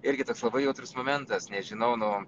irgi toks labai jautrus momentas nežinau nu